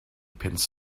pins